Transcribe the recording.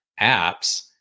apps